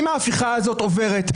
אם ההפיכה הזאת עוברת,